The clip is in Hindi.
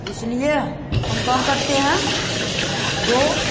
इसलिए हम कह सकते हैं जो